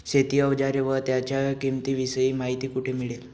शेती औजारे व त्यांच्या किंमतीविषयी माहिती कोठे मिळेल?